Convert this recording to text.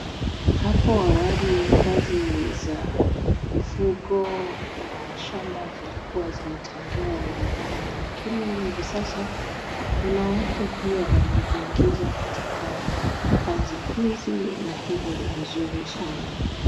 Hapo awali kazi za mifugo na shamba zilikuwa zimetengewa wanaume, lakini hivi sasa wanawake pia wamejiingiza katika kazi hizi na hivo ni vizuri sana.